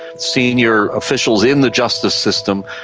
senior officials in the justice system,